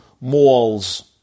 malls